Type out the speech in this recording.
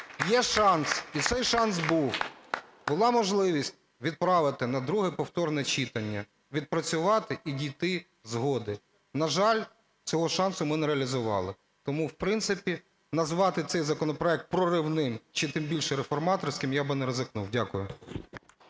Є шанс і цей шанс був, була можливість відправити на друге повторне читання, відпрацювати і дійти згоди. На жаль, цього шансу ми не реалізували. Тому, в принципі, назвати цей законопроект проривним чи тим більше реформаторським я би не ризикнув. Дякую.